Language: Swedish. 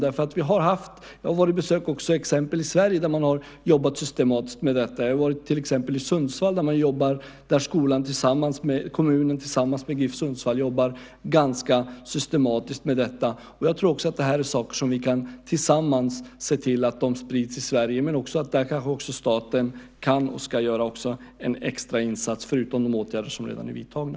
Jag har också besökt ställen i Sverige där man har jobbat systematiskt med detta. Jag har till exempel varit i Sundsvall, där skolan tillsammans med kommunen och Gif Sundsvall jobbar ganska systematiskt med detta. Jag tror att detta är saker som vi tillsammans kan se till att sprida i Sverige. Dock kanske staten här kan och ska göra en extra insats förutom de åtgärder som redan är vidtagna.